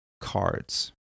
cards